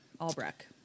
albrecht